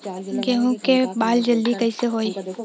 गेहूँ के बाल जल्दी कईसे होई?